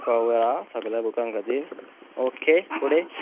कवरां सगल्यां बुकां खातीर ओके फुडें